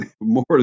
more